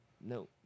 No